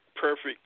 perfect